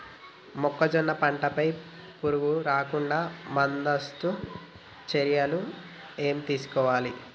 మొక్కజొన్న పంట పై పురుగు రాకుండా ముందస్తు చర్యలు ఏం తీసుకోవాలి?